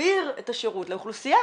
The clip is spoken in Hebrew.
יגביר את השירות לאוכלוסייה